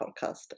podcast